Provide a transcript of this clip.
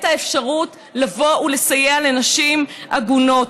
את האפשרות לבוא ולסייע לנשים עגונות,